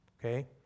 Okay